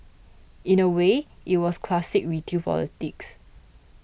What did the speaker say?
in a way it was classic retail politics